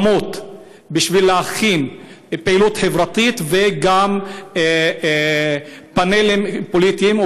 יש לתת להם גם אולמות בשביל להכין פעילות חברתית וגם פאנלים פוליטיים.